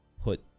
put